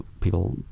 people